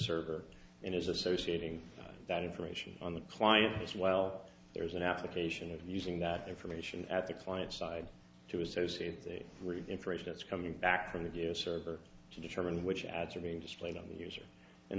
server and is associating that information on the client as well as an application and using that information at the client side to associate the information that's coming back from the server to determine which ads are being displayed on the user and